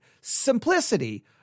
simplicity